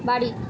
বাড়ি